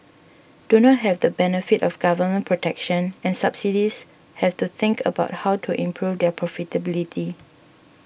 do not have the benefit of government protection and subsidies have to think about how to improve their profitability